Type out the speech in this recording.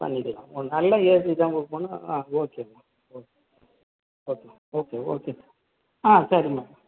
பண்ணிக்கலாம் ஒரு நல்ல ஏசி தான் புக் பண்ணும் ஆ ஓகேம்மா ஓகே ஓகே ஓகே ஓகே ஆ சரிம்மா